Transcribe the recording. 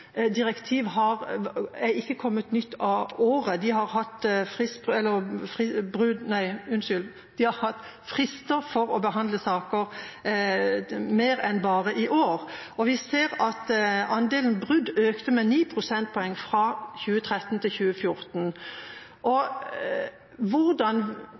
direktiv er ikke nytt av året. De har hatt frister for å behandle saker mer enn bare i år, og vi ser at andelen brudd økte med 9 pst. fra 2013 til 2014. Hvordan mener ministeren at de tiltakene som han her peker på, vil sikre at den prosentandelen og